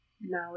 now